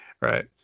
Right